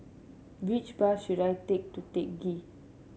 which bus should I take to Teck Ghee